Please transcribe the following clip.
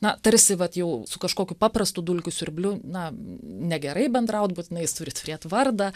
na tarsi vat jau su kažkokiu paprastu dulkių siurbliu na negerai bendraut būtinai jis turi turėt vardą